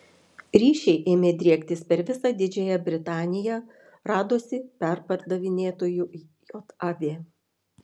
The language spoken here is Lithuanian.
ryšiai ėmė driektis per visą didžiąją britaniją radosi perpardavinėtojų jav